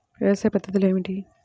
వ్యవసాయ పద్ధతులు ఏమిటి?